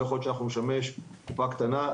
לא יכול להיות שהיא תשמש כקופה קטנה.